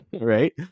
right